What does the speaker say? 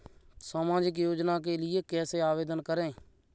सामाजिक योजना के लिए कैसे आवेदन करें?